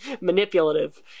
manipulative